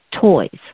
toys